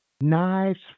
Knives